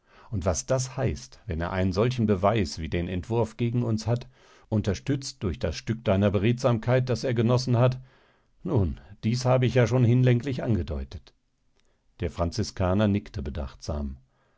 und was das heißt wenn er einen solchen beweis wie den entwurf gegen uns hat unterstützt durch das stück deiner beredsamkeit das er genossen hat nun dies hab ich ja schon hinlänglich angedeutet der franziskaner nickte bedachtsam